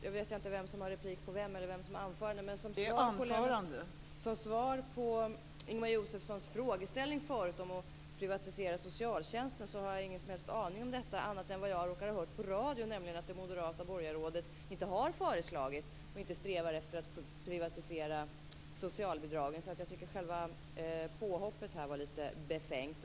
Jag vet inte vem som har replik på vem eller vem som har anförande, men som svar på Ingemar Josefssons frågeställning om att privatisera socialtjänsten vill jag säga att jag inte har någon som helst aning om detta annat än vad jag råkat höra på radio, nämligen att det moderata borgarrådet inte har föreslagit och inte strävar efter att privatisera socialbidragen. Jag tycker att själva påhoppet var lite befängt.